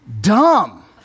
Dumb